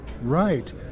Right